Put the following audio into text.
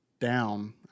down